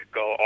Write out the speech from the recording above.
go